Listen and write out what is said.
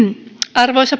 arvoisa